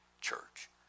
church